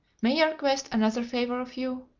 may i request another favor of you?